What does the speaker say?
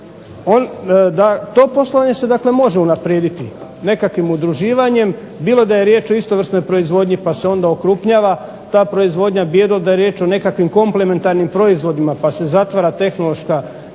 To poslovanje se dakle može unaprijediti nekakvim udruživanjem, bilo da je riječ o istovrsnoj proizvodnji pa se onda okrupnjavanja ta proizvodnja, bilo da je riječ o nekakvim komplementarnim proizvodima pa se zatvara tehnološka cjelina,